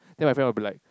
then my friend will be like